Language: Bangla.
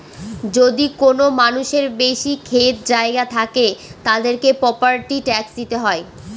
যদি কোনো মানুষের বেশি ক্ষেত জায়গা থাকলে, তাদেরকে প্রপার্টি ট্যাক্স দিতে হয়